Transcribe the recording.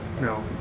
no